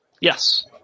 Yes